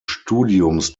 studiums